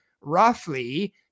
roughly